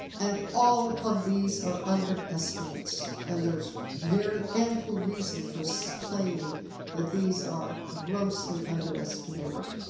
and all of these are underestimates. and there's very ample reason for so claiming that these are grossly underestimated.